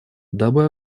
дабы